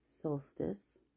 solstice